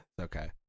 Okay